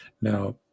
Now